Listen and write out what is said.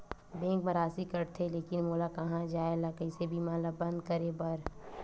Bank मा राशि कटथे लेकिन मोला कहां जाय ला कइसे बीमा ला बंद करे बार?